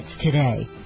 today